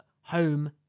home